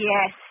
Yes